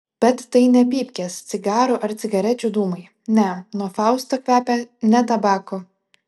bet tai ne pypkės cigarų ar cigarečių dūmai ne nuo fausto kvepia ne tabaku